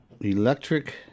electric